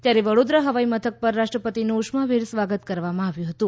ત્યારે વડોદરા હવાઈ મથક પર રાષ્ટ્રપતિનું ઉષ્માભેર સ્વાગત કરવામાં આવ્યું હતું